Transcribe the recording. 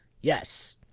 yes